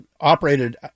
operated